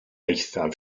eithaf